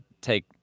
take